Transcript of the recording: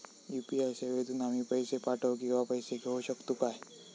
UPI सेवेतून आम्ही पैसे पाठव किंवा पैसे घेऊ शकतू काय?